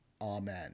Amen